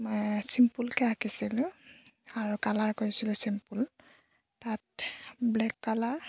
ছিম্পলকৈ আঁকিছিলোঁ আৰু কালাৰ কৰিছিলোঁ ছিম্পল তাত ব্লেক কালাৰ